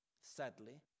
sadly